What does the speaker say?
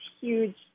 huge